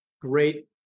great